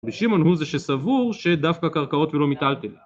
ושימעון הוא זה שסבור שדווקא קרקעות ולא מיטלטלים